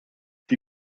die